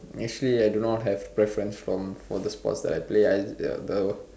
actually I do not have preference for the sports that I play